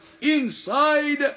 inside